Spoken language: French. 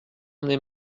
emmené